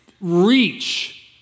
reach